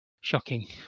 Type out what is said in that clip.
Shocking